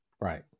Right